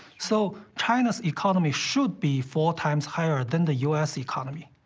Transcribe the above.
so china's economy should be four times higher than the u s. economy.